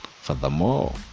Furthermore